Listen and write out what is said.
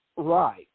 right